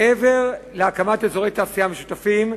מעבר להקמת אזורי תעשייה משותפים,